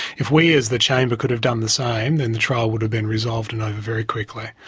if we as the chamber could have done the same then the trial would have been resolved and over very quickly.